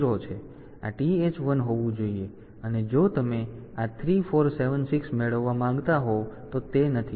તેથી આ TH1 હોવું જોઈએ અને જો તમે આ 3476 મેળવવા માંગતા હોવ તો તે નથી